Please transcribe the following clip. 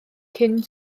cyn